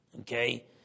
Okay